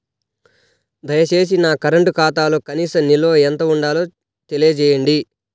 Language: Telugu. దయచేసి నా కరెంటు ఖాతాలో కనీస నిల్వ ఎంత ఉండాలో తెలియజేయండి